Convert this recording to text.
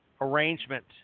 arrangement